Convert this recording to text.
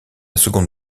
seconde